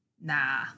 Nah